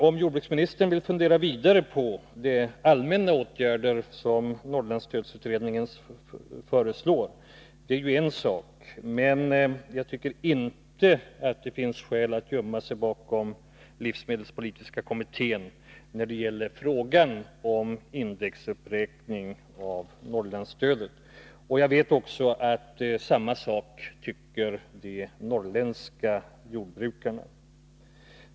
Om jordbruksministern vill fundera vidare på de allmänna åtgärder som Norrlandsstödsutredningen föreslår är ju en sak, men jag tycker inte att det finns skäl att gömma sig bakom livsmedelskommittén när det gäller frågan om indexuppräkning av Norrlandsstödet. Jag vet att samma sak tycker också de norrländska jordbrukar na.